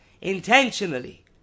intentionally